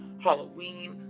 *Halloween*